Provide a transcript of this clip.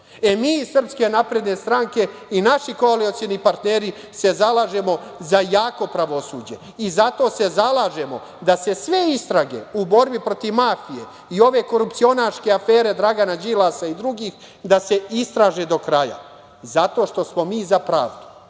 mi iz SNS i naši koalicioni partneri se zalažemo za jako pravosuđe i zato se zalažemo da se sve istrage u borbi protiv mafije i ove korupcionaške afere Dragana Đilasa i drugih, da se istraže do kraja, zato što smo mi za pravdu,